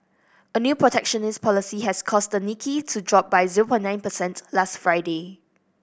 a new protectionist policy has caused the Nikkei to drop by zoo or nine percent last Friday